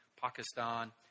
Pakistan